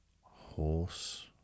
Horse